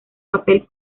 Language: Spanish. papel